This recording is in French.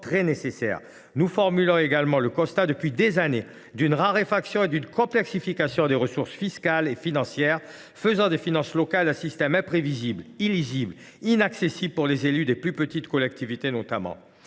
nécessaires. Nous faisons également le constat, depuis plusieurs années, d’une raréfaction et d’une complexification des ressources fiscales et financières, faisant des finances locales un système imprévisible, illisible et inaccessible, notamment pour les élus des plus petites collectivités.